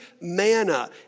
manna